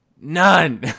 none